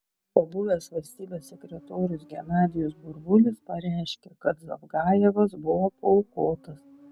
o buvęs valstybės sekretorius genadijus burbulis pareiškė kad zavgajevas buvo paaukotas